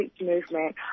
movement